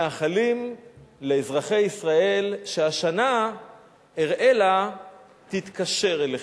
מאחלים לאזרחי ישראל שהשנה אראלה תתקשר אליהם.